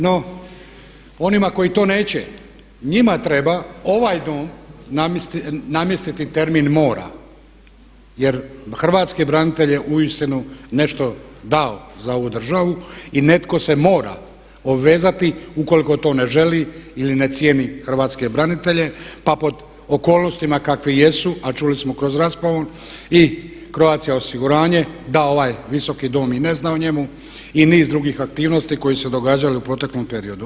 No onima koji to neće, njima treba ovaj Dom namjestiti termin mora jer hrvatske branitelje je uistinu nešto dao za ovu državu i netko se mora obvezati ukoliko to ne želi ili ne cijeni hrvatske branitelje pa pod okolnostima kakve jesu a čuli smo kroz raspravu i Croatia osiguranje da ovaj Visoki dom i ne zna o njemu i niz drugih aktivnosti koje su se događale u proteklom periodu.